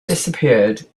disappeared